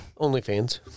OnlyFans